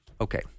okay